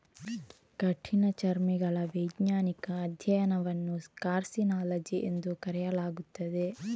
ಕಠಿಣಚರ್ಮಿಗಳ ವೈಜ್ಞಾನಿಕ ಅಧ್ಯಯನವನ್ನು ಕಾರ್ಸಿನಾಲಜಿ ಎಂದು ಕರೆಯಲಾಗುತ್ತದೆ